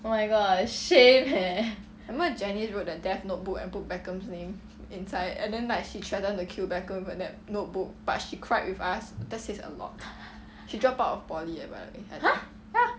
remember janice wrote that death notebook and put beckham's name inside and then like she threatened to kill beckham remember that notebook but she cried with us that says a lot she drop out of poly eh by the way I think ya